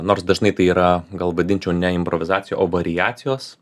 nors dažnai tai yra gal vadinčiau ne improvizacija o variacijos